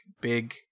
big